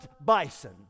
bison